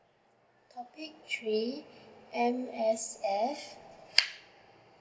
topic three M_S_F